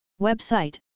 Website